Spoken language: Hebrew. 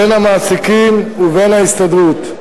בין המעסיקים ובין ההסתדרות.